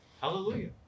Hallelujah